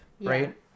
right